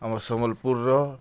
ଆମ ସମ୍ବଲପୁର୍ର